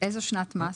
איזו שנת מס?